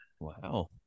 Wow